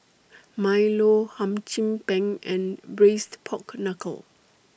Milo Hum Chim Peng and Braised Pork Knuckle